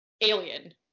alien